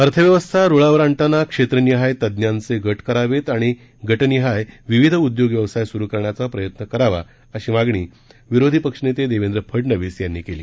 अर्थव्यवस्था रुळावर आणताना क्षेत्रनिहाय तज्ञांचे गट करावेत आणि गटनिहाय विविध उदयोग व्यवसाय सुरु करण्याचा प्रयत्न करावा अशी मागणी विरोधी पक्षनेते देवेंद्र फडणवीस यांनी केली